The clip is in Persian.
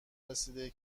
رسیده